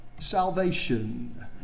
salvation